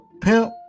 pimp